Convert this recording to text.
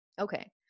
Okay